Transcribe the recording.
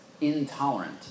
intolerant